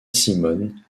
simone